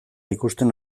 ikusten